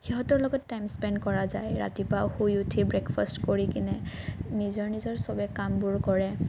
সিহঁতৰ লগত time spend কৰা যায় ৰাতিপুৱা শুই উঠি ব্ৰেকফাষ্ট কৰি কিনে নিজৰ নিজৰ চবেই কামবোৰ কৰে